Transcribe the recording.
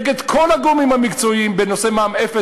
נגד כל הגורמים המקצועיים בנושא מע"מ אפס,